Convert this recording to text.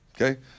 Okay